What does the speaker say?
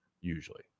usually